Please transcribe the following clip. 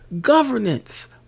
Governance